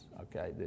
okay